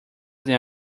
than